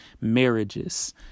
marriages